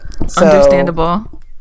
Understandable